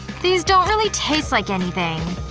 these don't really taste like anything.